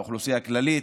באוכלוסייה הכללית,